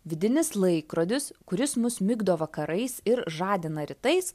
vidinis laikrodis kuris mus migdo vakarais ir žadina rytais